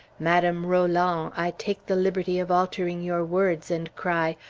madame roland, i take the liberty of altering your words and cry,